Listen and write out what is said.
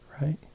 Right